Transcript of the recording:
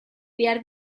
behar